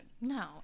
No